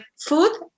food